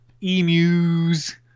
emus